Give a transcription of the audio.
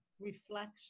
reflection